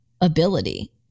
ability